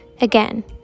Again